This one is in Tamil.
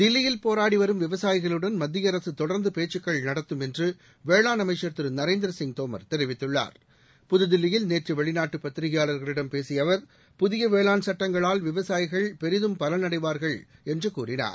தில்லியில் போராடி வரும் விவசாயிகளுடன் மத்திய அரசு தொடர்ந்து பேச்சுக்கள் நடத்தும் என்று வேளாண் அமைச்சர் திரு நரேந்திர சிங் தோமர் தெரிவித்துள்ளார் புதுதில்லியில் நேற்று வெளிநாட்டு பத்திரிகையாளர்களிடம் பேசிய அவர் புதிய வேளாண் சட்டங்களால் விவசாயிகள் பெரிதும் பலனடைவார்கள் என்று கூறினார்